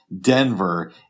Denver